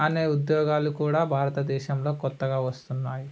అనే ఉద్యోగాలు కూడా భారతదేశంలో కొత్తగా వస్తున్నాయి